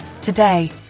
Today